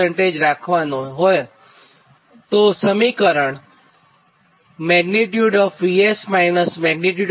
804 રાખવાનો છે તો સમીકરણ|VS| |VR||VR| માં VR નું મેગ્નીટ્યુડ 10